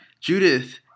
Judith